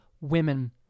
women